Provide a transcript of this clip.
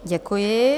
Děkuji.